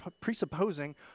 presupposing